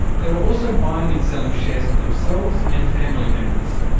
they were also buying and selling shares for themselves and family members.